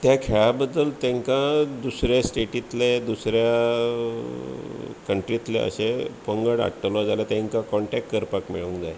त्या खेळा बद्दल तेंका दुसऱ्या स्टेटींतले दुसऱ्या कंट्रीतले अशें पंगड हाडटलो जाल्यार तेंका कॉन्टेक्ट करपाक मेळोंक जाय